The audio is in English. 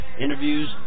interviews